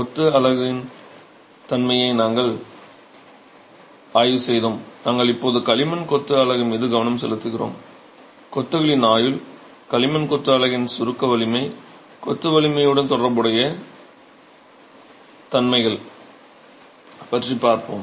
கொத்து அலகின் தன்மையை நாங்கள் ஆய்வு செய்தோம் நாங்கள் இப்போது களிமண் கொத்து அலகு மீது கவனம் செலுத்துகிறோம்கொத்துகளின் ஆயுள் களிமண் கொத்து அலகின் சுருக்க வலிமை கொத்து வலிமையுடன் தொடர்புடைய தன்மைகள் பற்றி பார்ப்போம்